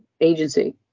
agency